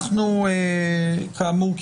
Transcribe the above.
כאמור,